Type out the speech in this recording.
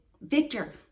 Victor